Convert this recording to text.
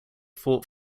fought